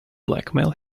blackmail